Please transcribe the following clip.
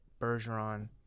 Bergeron